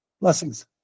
Blessings